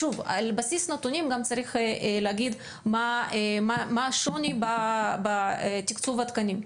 שוב: על בסיס הנתונים גם צריך להגיד מה השוני בתקצוב התקנים.